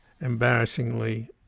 embarrassingly